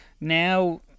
Now